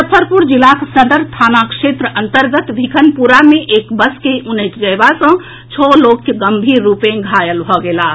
मुजफ्फरपुर जिलाक सदर थाना क्षेत्र अंतर्गत भिखनपुरा मे एक बस के उनटि जएबा सॅ छओ लोक गंभीर रूपे घायल भऽ गेलाह